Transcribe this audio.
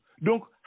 Donc